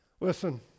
listen